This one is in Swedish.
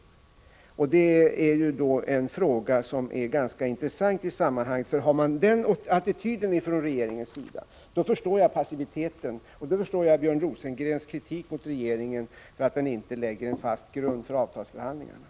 Håller regeringen fast vid den attityden förstår jag passiviteten och då delar jag Björn Rosengrens kritik mot regeringen för att den inte lägger en fast grund för avtalsförhandlingarna.